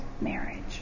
marriage